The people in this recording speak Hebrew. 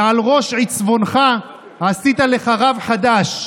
ועל ראש עיצבונך עשית לך רב חדש,